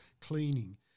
cleaning